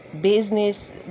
business